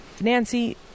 Nancy